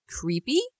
Creepy